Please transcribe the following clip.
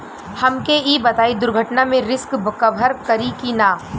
हमके ई बताईं दुर्घटना में रिस्क कभर करी कि ना?